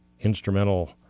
Instrumental